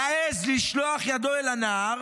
יעז, לשלוח ידו אל הנער,